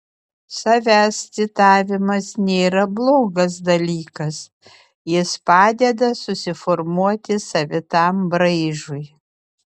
savęs citavimas nėra blogas dalykas jis padeda susiformuoti savitam braižui